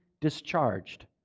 discharged